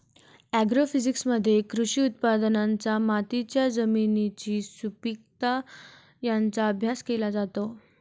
ॲग्रोफिजिक्समध्ये कृषी उत्पादनांचा मातीच्या जमिनीची सुपीकता यांचा अभ्यास केला जातो